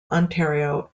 ontario